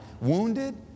wounded